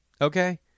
okay